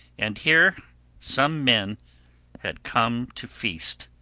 and here some men had come to feast.